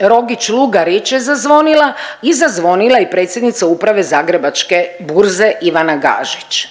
Rogić Lugarić je zazvonila i zazvonila je i predsjednica Uprave Zagrebačka burze Ivana Gažić.